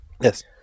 yes